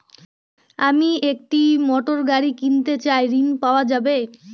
আমি একটি মোটরগাড়ি কিনতে চাই ঝণ পাওয়া যাবে?